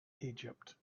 egypt